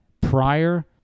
prior